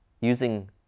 using